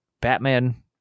Batman